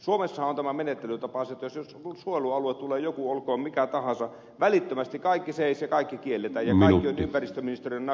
suomessahan on tämä menettelytapa se että jos suojelualue tulee olkoon mikä tahansa välittömästi kaikki seis ja kaikki kielletään ja kaikki on ympäristöministeriön napin alla